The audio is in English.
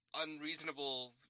unreasonable